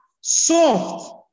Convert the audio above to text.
soft